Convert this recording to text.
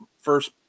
first